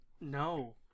no